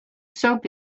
soap